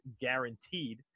guaranteed